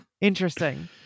Interesting